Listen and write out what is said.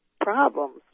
problems